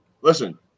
listen